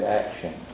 action